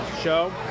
show